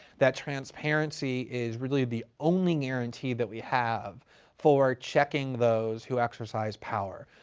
that transparency is really the only guarantee that we have for checking those who exercise power.